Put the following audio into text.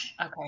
Okay